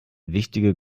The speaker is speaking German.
wichtige